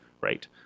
right